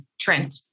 Trent